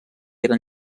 eren